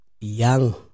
young